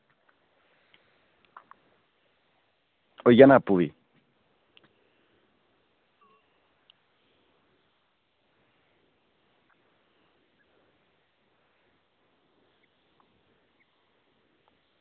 होई जाना आपूं बी